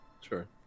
Sure